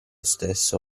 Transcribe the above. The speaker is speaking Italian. stesso